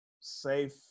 safe